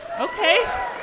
Okay